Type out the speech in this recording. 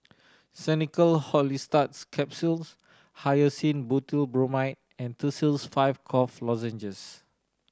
Xenical Orlistat Capsules Hyoscine Butylbromide and Tussils Five Cough Lozenges